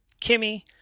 Kimmy